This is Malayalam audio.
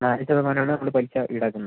നാല് ശതമാനം ആണ് നമ്മൾ പലിശ ഈടാക്കുന്നത്